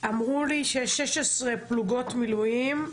אמרו לי ש-16 פלוגות מילואים,